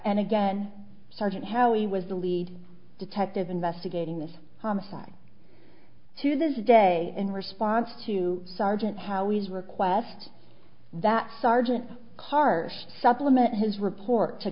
and again sergeant how he was the lead detective investigating this homicide to this day in response to sergeant how his request that sergeant karsh supplement his report to